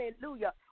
Hallelujah